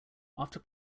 after